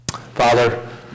Father